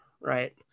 Right